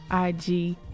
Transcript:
IG